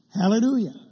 Hallelujah